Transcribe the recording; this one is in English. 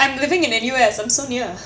I'm living in N_U_S I'm so near